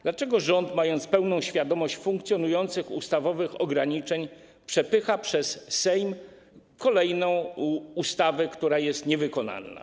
Dlaczego rząd, mając pełną świadomość funkcjonujących ustawowych ograniczeń, przepycha przez Sejm kolejną ustawę, która jest niewykonalna?